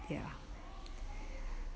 ya